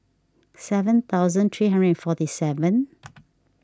seven thousand three hundred and forty seven